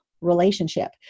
relationship